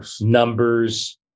numbers